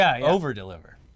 over-deliver